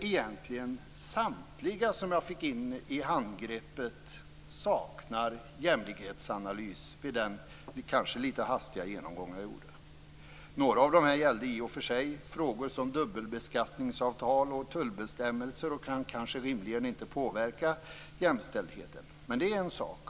Egentligen i samtliga de propositioner som jag fick med i ett handgrepp saknas det en jämlikhetsanalys, men kanske gjorde jag en litet väl hastig genomgång. Propositionerna gäller i och för sig t.ex. dubbelbeskattningsavtal och tullbestämmelser. Rimligen är det något som inte kan påverka jämställdheten, men det är en sak.